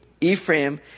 Ephraim